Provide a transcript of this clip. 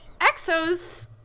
Exos